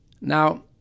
Now